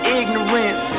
ignorance